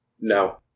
No